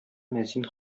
мәзин